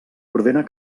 ordena